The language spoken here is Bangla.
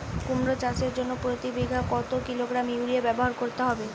কুমড়ো চাষের জন্য প্রতি বিঘা কত কিলোগ্রাম ইউরিয়া ব্যবহার করতে হবে?